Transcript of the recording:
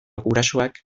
gurasoak